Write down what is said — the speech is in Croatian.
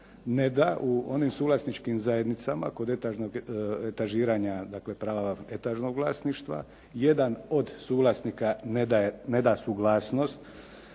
ne da u onim suvlasničkim zajednicama kod etažiranja, dakle prava etažnog vlasništva, jedan od suvlasnika ne da suglasnost